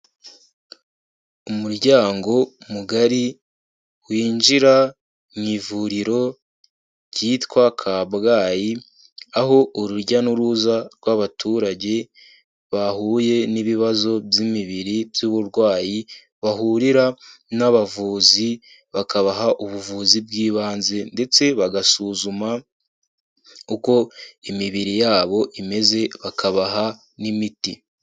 Umuryango mugari winjira mu ivuriro ryitwa Kabgayi, aho urujya n'uruza rw'abaturage bahuye n'ibibazo by'imibiri by'uburwayi bahurira n'abavuzi, bakabaha ubuvuzi bw'ibanze ndetse bagasuzuma uko imibiri yabo imeze, bakabaha n'imiti.